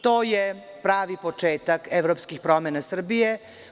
To je pravi početak evropskih promena Srbije.